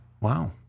Wow